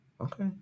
okay